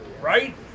right